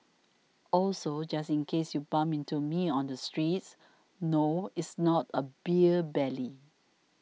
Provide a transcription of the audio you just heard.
also just in case you bump into me on the streets no it's not a beer belly